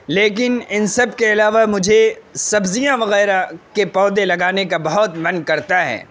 لیکن ان سب کے علاوہ مجھے سبزیاں وغیرہ کے پودے لگانے کا بہت من کرتا ہے